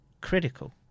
critical